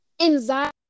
Anxiety